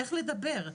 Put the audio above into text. איך לדבר,